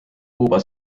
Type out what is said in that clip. kuuba